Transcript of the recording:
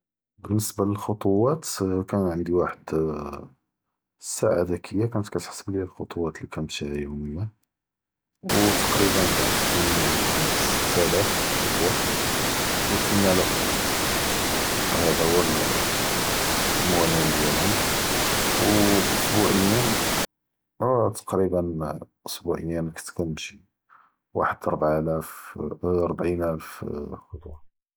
באלניסבה ללקח’טואת כאן ענדי וחד, אלשעעה אלזכ’יה כאתחשבלי אלחק’טואת, ליקאן נמשי עליהם יום יומא, ו תכריבא כאן בין סתה אלף ח’טוה ותמנאלף ח’טוה, האד הואלמוויאן דיאלهم, ו אסבועיה אה תכריבא אסבועיה כנט נמשי וחד אלארבעה אלף אה ארבעין אלף.